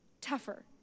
tougher